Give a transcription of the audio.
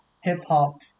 hip-hop